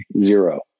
Zero